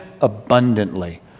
abundantly